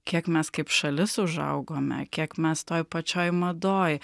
kiek mes kaip šalis užaugome kiek mes toj pačioj madoj